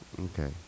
Okay